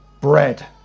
bread